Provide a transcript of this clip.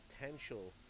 potential